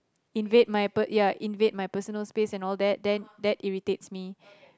invade my per~ ya invade my personal space and all that then that irritates me